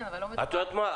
את יודעת מה?